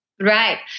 Right